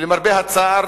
למרבה הצער,